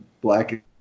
black